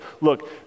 look